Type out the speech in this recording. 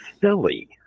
silly